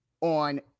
on